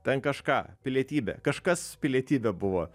ten kažką pilietybė kažkas su pilietybe buvo